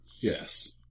yes